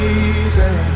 easy